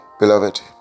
Beloved